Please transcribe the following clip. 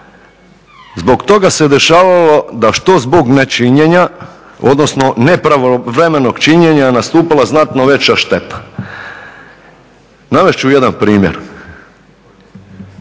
Zbog toga se dešavalo da što zbog nečinjenja odnosno nepravovremenog činjenja nastupila znatno veća šteta. Navest ću jedan primjer.